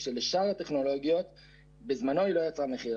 כאשר לשאר הטכנולוגית היא לא יצרה מחיר.